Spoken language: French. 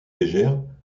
légère